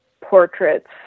portraits